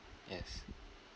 yes